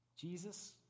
Jesus